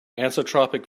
anisotropic